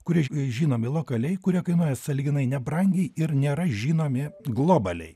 kurie žinomi lokaliai kurie kainuoja sąlyginai nebrangiai ir nėra žinomi globaliai